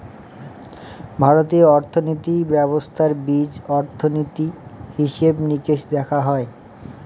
ভারতীয় অর্থনীতি ব্যবস্থার বীজ অর্থনীতি, হিসেব নিকেশ দেখা হয়